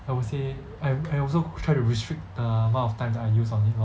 I would say I I also try to restrict the amount of time that I use on it lor